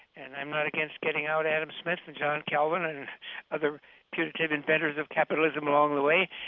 and i'm not against getting out adam smith and john calvin and other punitive inventors of capitalism along the way,